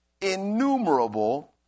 innumerable